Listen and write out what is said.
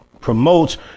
promotes